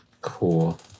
cool